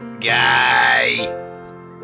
guy